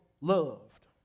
loved